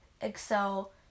Excel